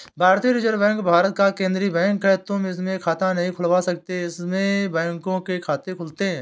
भारतीय reserve bank Bharat का केन्द्रीय बैंक है, तुम इसमें खाता नहीं खुलवा सकते इसमें बैंकों के खाते खुलते हैं